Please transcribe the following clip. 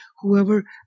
Whoever